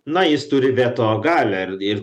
na jis turi veto galią ir ir